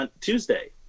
Tuesday